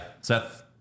Seth